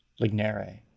Lignere